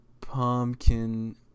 Pumpkin